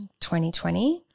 2020